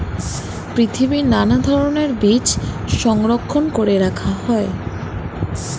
পৃথিবীর নানা ধরণের বীজ সংরক্ষণ করে রাখা হয়